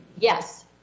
yes